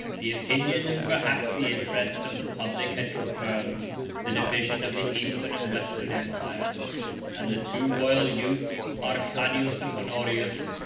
the opinion, and perhaps the interest, of the public had confirmed the division of the eastern and western empires and the two royal youths, arcadius and honorius,